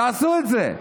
תעשו את זה.